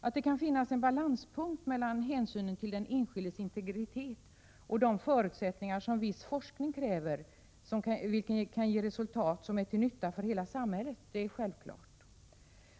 Att det kan finnas en balanspunkt mellan hänsynen till den enskildes integritet och de förutsättningar som viss forskning kräver — en forskning som kan ge resultat vilka blir till nytta för hela samhället — är självklart.